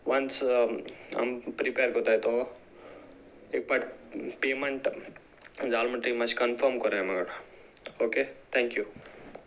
ones आमी prepare करत्ताय तो एक पटी पेमेंट जालो म्हणटीक मात्शें कन्फर्म कराय म्हाका ओके थँक्यू